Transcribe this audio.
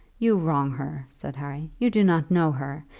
you wrong her, said harry you do not know her.